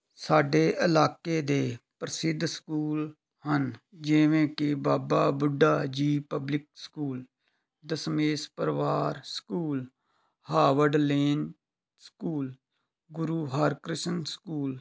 ਸਾਡੇ ਇਲਾਕੇ ਦੇ ਪ੍ਰਸਿੱਧ ਸਕੂਲ ਹਨ ਜਿਵੇਂ ਕਿ Baba Budha ji public school Dashmesh Parivar school Howard Lane school Guru Harkrishan school